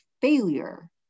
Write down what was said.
failure